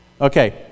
Okay